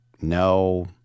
no